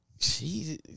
Jesus